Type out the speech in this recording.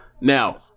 now